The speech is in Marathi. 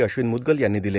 अश्विन मुदगल यांनी दिले